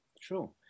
true